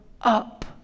up